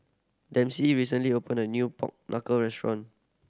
Dempsey recently opened a new pork knuckle restaurant